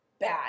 bad